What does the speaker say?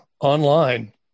online